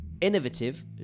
innovative